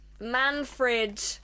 Manfred